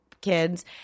kids